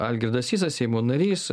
algirdas sysas seimo narys